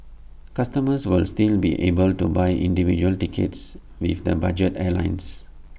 customers will still be able to buy individual tickets with the budget airlines